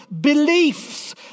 beliefs